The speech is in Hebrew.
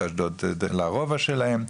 ובאשדוד לרובע שלהם.